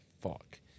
fuck